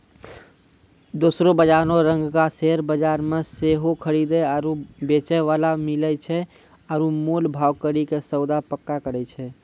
दोसरो बजारो रंगका शेयर बजार मे सेहो खरीदे आरु बेचै बाला मिलै छै आरु मोल भाव करि के सौदा पक्का करै छै